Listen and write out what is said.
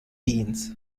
beans